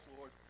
Lord